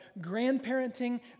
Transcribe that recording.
grandparenting